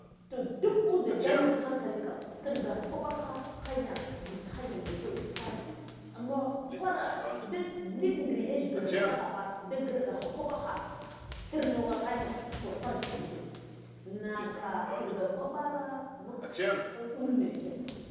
Toh dule ude nde menleshi kan ngi. nkigga kwaɓa kha khanye jzita khanya mekyeu ghware ina anmo ghwara nda adiɗ dir yajgila vukakhafa nde ngiɗ gakha kwaɓo icha thirno hanya to khwarba ndikina naka kiɗga kwaɓara vuk kha ɗul mekyau